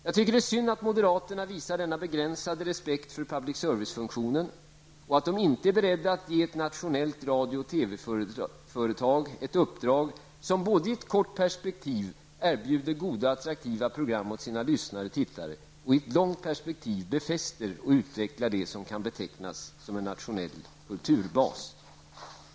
Jag tycker att det är synd att moderaterna visar denna begränsade respekt för public servicefunktionen och att de inte är beredda att ge ett nationellt radio och TV-företag ett uppdrag som i ett kort perspektiv erbjuder goda och attraktiva program åt lyssnarna och tittarna och i ett långt perspektiv befäster och utvecklar det som kan betecknas som en nationell kulturbas.